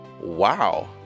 wow